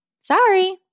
sorry